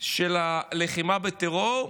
של הלחימה בטרור,